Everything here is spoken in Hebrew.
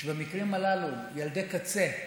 שבמקרים הללו, ילדי קצה,